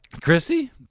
Chrissy